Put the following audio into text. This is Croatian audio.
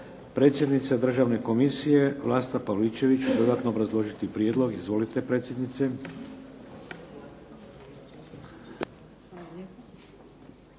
Predsjednica Državne komisije, Vlasta Pavličević će dodatno obrazložiti prijedlog. Izvolite, predsjednice.